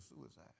suicide